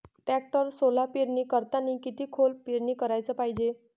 टॅक्टरनं सोला पेरनी करतांनी किती खोल पेरनी कराच पायजे?